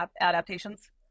adaptations